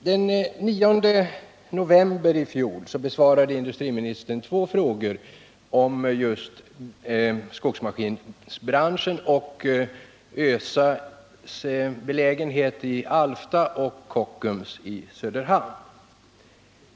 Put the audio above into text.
Den 9 november i fjol besvarade industriministern två frågor om just skogsmaskinbranschen, närmare bestämt om ÖSA i Alfta och Kockums Industri AB i Söderhamn.